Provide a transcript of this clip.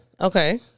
Okay